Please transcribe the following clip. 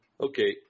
okay